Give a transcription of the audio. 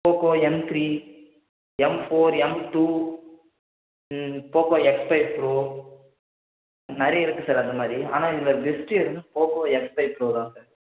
Poco M three M four M two Poco X five Pro நிறைய இருக்கு sir அந்த மாதிரி ஆனால் இதில் பெஸ்ட்டு எதுன்னா போக்கோ எக்ஸ் ஃபைவ் ப்ரோ தான் சார்